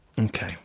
Okay